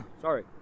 Sorry